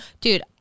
dude